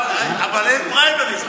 אבל אין פריימריז.